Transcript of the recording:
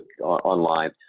online